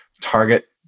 target